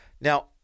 Now